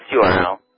URL